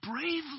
bravely